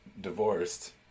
divorced